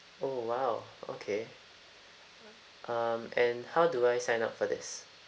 oh !wow! okay um and how do I sign up for this